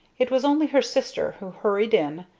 it was only her sister, who hurried in,